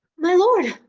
my lord,